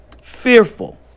fearful